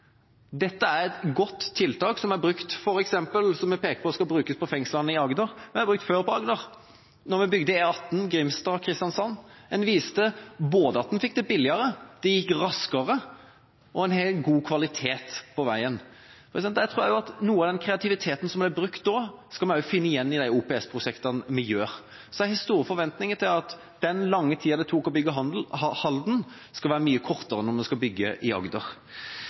dette er et godt tiltak som er brukt før, som vi peker på at skal brukes på fengslene i Agder. Det har vi brukt før på Agder, da vi bygde E18 Grimstad–Kristiansand. En viste både at en fikk det billigere, at det gikk raskere, og at en har god kvalitet på veien. Jeg tror også at noe av den kreativiteten som ble brukt da, skal vi finne igjen i disse OPS-prosjektene, så jeg har store forventninger til at den lange tida det tok å bygge Halden, skal være mye kortere når vi skal bygge i Agder.